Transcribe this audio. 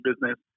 business